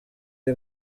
iyi